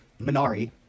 minari